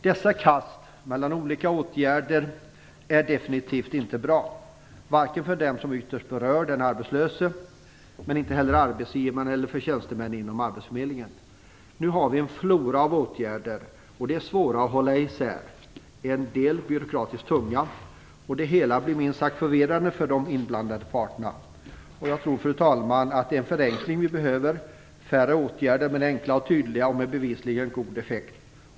Dessa kast mellan olika åtgärder är definitivt inte bra, varken för dem som ytterst berörs, de arbetslösa, eller för arbetsgivaren eller tjänstemännen inom arbetsförmedlingen. Nu har vi en flora av åtgärder, och de är svåra att hålla isär. En del är byråkratiskt tunga, och det hela blir minst sagt förvirrande för de inblandade parterna. Jag tror, fru talman, att det är en förenkling vi behöver, färre åtgärder men enkla och tydliga och med bevisligen god effekt.